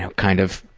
ah kind of,